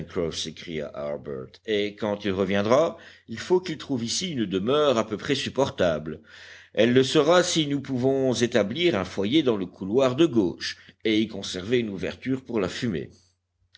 harbert et quand il reviendra il faut qu'il trouve ici une demeure à peu près supportable elle le sera si nous pouvons établir un foyer dans le couloir de gauche et y conserver une ouverture pour la fumée